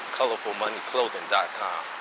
colorfulmoneyclothing.com